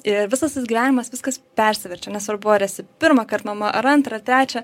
ir visas tas gyvenimas viskas persiverčia nesvarbu ar esi pirmąkart mama ar antrą ar trečią